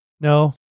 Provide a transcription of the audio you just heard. No